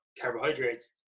carbohydrates